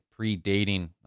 predating